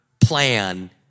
plan